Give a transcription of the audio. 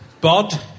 Bod